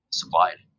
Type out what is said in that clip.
supplied